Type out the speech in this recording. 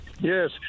Yes